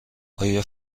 آیا